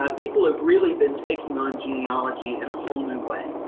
ah people have really been taking on genealogy in a whole new way.